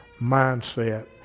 mindset